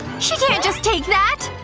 she can't just take that!